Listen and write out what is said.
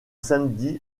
samedi